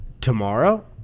tomorrow